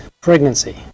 Pregnancy